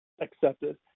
accepted